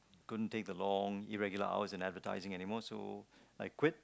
couldn't take a long irregular hours in advertising anymore of so I quit